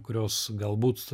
kurios galbūt